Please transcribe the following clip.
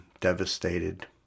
devastated